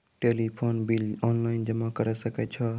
Telephone bill online जमा करै सकै छौ?